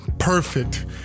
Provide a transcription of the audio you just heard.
Perfect